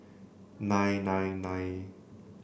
nine nine nine